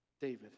David